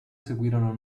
seguirono